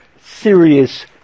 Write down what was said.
serious